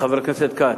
חבר הכנסת כץ,